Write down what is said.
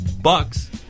bucks